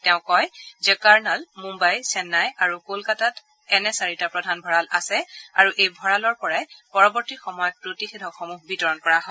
তেওঁ কয় যে কাৰ্নাল মুঘাই চেন্নাই আৰু কলকাতাত এনে চাৰিটা প্ৰধান ভঁৰাল আছে আৰু এই ভঁৰালৰ পৰাই পৰৱৰ্তী সময়ত প্ৰতিষেধকসমূহ বিতৰণ কৰা হয়